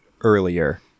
earlier